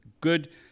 good